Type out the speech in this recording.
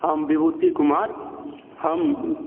हम विभूति कुमार हम